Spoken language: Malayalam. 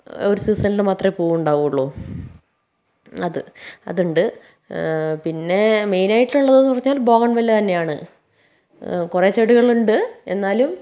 ഒരു സീസണിൽ മാത്രമേ പൂവുണ്ടാവുകയുള്ളൂ അത് അതുണ്ട് പിന്നെ മെയിനായിട്ടുള്ളതെന്നു പറഞ്ഞാൽ ബോഗൺവില്ല തന്നെയാണ് കുറേ ചെടികളുണ്ട് എന്നാലും